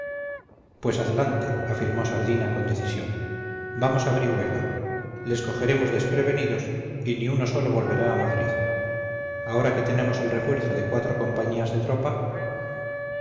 pues adelante afirmó sardina con decisión vamos a brihuega les cogeremos desprevenidos y ni uno solo volverá a madrid ahora que tenemos el refuerzo de cuatro compañías de tropa